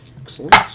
Excellent